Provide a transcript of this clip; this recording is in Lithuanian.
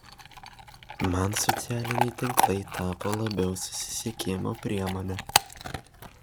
man socialiniai tinklai tapo labiau susisiekimo priemone